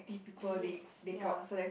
you need ya